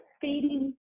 feeding